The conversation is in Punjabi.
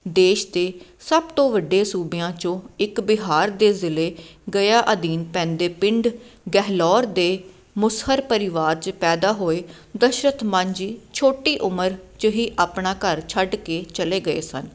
ਦੇਸ਼ ਦੇ ਸਭ ਤੋਂ ਵੱਡੇ ਸੂਬਿਆਂ 'ਚੋਂ ਇੱਕ ਬਿਹਾਰ ਦੇ ਜ਼ਿਲ੍ਹੇ ਗਇਆ ਅਧੀਨ ਪੈਂਦੇ ਪਿੰਡ ਗਹਿਲੌਰ ਦੇ ਮੁਸਹਰ ਪਰਿਵਾਰ 'ਚ ਪੈਦਾ ਹੋਏ ਦਸ਼ਰਤ ਮਾਂਜੀ ਛੋਟੀ ਉਮਰ 'ਚ ਹੀ ਆਪਣਾ ਘਰ ਛੱਡ ਕੇ ਚਲੇ ਗਏ ਸਨ